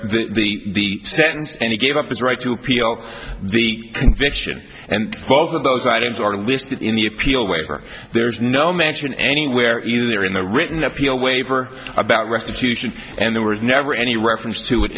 of the sentence and he gave up his right to appeal the conviction and both of those items are listed in the appeal waiver there's no mention anywhere either in the written appeal waiver about restitution and there was never any reference to it